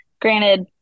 Granted